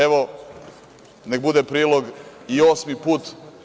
Evo, nek bude prilog i osmi put.